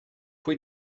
pwy